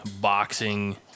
boxing